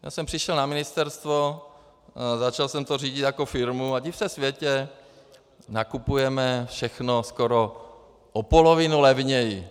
Já jsem přišel na ministerstvo, začal jsem to řídit jako firmu, a div se světe, nakupujeme všechno skoro o polovinu levněji.